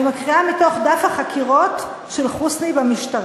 אני מקריאה מתוך דף החקירות של חוסני במשטרה: